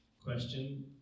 Question